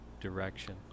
direction